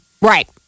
Right